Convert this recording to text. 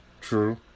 true